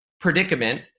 predicament